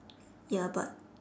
ya but